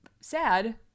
sad